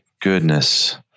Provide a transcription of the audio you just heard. goodness